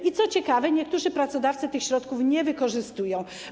I, co ciekawe, niektórzy pracodawcy tych środków nie wykorzystują.